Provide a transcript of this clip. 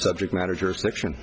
subject matter jurisdiction